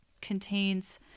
contains